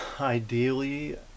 Ideally